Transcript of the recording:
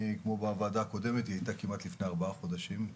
הוועדה הקודמת הייתה כמעט לפני 4 חודשים,